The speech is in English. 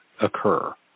occur